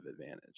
advantage